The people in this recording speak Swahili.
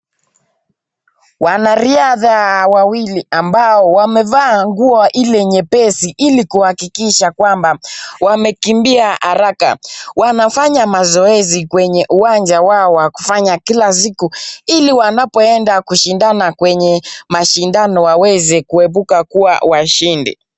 Wanariadha wawili ambao wamevaa nguo hili nyepesi ili kuhakikisha kwamba wamekimbia haraka , wanafanya mazoezi kwenye uwanja wa kufanya kila siku ili wanapoenda kushindana kwenye mashindano waweze kuepuka kuwa washindi.